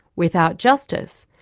without justice,